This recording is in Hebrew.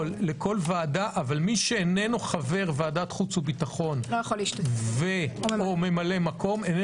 אבל מי שאינו חבר ועדת חוץ וביטחון או ממלא מקום אינו